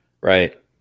Right